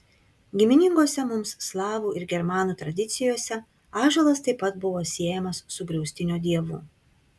giminingose mums slavų ir germanų tradicijose ąžuolas taip pat buvo siejamas su griaustinio dievu